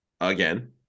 again